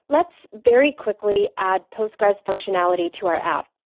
let's very quickly add postgressql functionality to our app.